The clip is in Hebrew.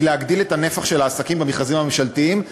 היא להגדיל את הנפח של העסקים במכרזים הממשלתיים.